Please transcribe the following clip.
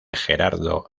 gerardo